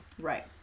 Right